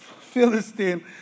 Philistine